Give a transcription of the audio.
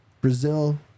Brazil